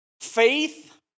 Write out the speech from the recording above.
Faith